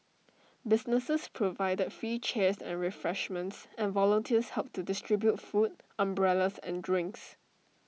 businesses provided free chairs and refreshments and volunteers helped to distribute food umbrellas and drinks